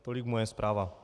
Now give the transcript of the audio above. Tolik moje zpráva.